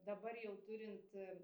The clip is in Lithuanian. dabar jau turint